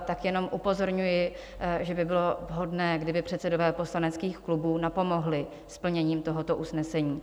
Tak jenom upozorňuji, že by bylo vhodné, kdyby předsedové poslaneckých klubů napomohli s plněním tohoto usnesení.